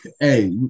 Hey